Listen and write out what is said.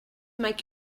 make